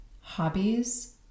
hobbies